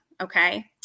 Okay